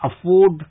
afford